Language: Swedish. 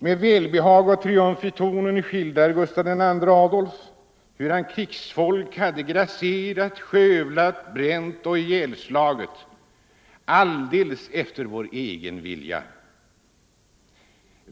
Med välbehag och triumf i tonen skildrar Gustav II Adolf hur hans krigsfolk hade — ”grasserat, skövlat, bränt och ihjälslagit alldeles efter vår egen vilja”.